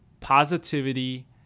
positivity